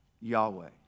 Yahweh